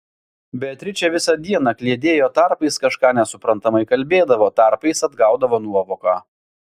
beatričė visą dieną kliedėjo tarpais kažką nesuprantamai kalbėdavo tarpais atgaudavo nuovoką